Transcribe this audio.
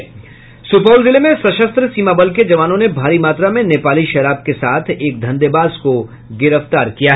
सुपौल जिले में सशस्त्र सीमा बल के जवानों ने भारी मात्रा में नेपाली शराब के साथ एक धंधेबाज को गिरफ्तार कर लिया